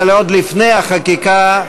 אבל עוד לפני החקיקה,